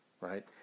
right